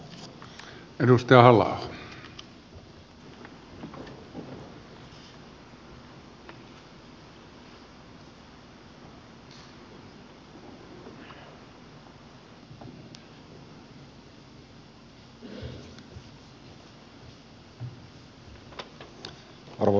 arvoisa herra puhemies